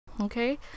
okay